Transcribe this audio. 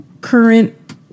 current